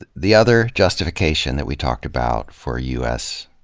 the the other justification that we talked about for u s.